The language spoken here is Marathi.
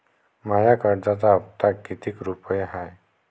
माया कर्जाचा हप्ता कितीक रुपये हाय?